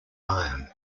iron